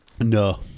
No